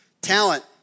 Talent